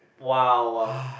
wow